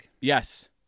Yes